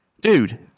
Dude